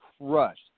crushed